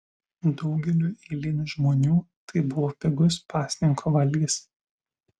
daugeliui eilinių žmonių tai buvo pigus pasninko valgis